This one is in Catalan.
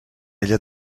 ella